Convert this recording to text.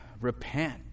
repent